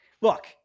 look